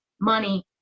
money